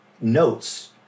notes